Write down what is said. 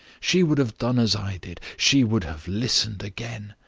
she would have done as i did she would have listened again.